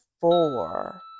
four